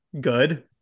good